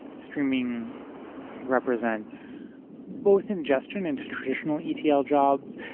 streaming represents both ingestion into traditional etl jobs,